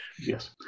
Yes